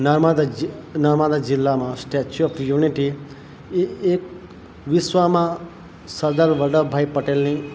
નર્મદા જી નર્મદા જીલ્લામાં statue of unity એ એક વિશ્વમાં સરદાર વલભભાઈ પટેલની